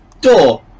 Door